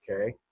okay